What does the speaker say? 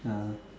yeah